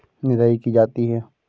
निदाई की जाती है?